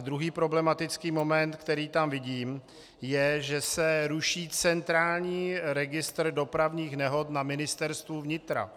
Druhý problematický moment, který tam vidím, je, že se ruší centrální registr dopravních nehod na Ministerstvu vnitra.